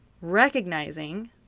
Recognizing